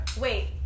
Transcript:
Wait